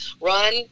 run